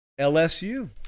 LSU